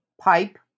pipe